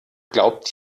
glaubt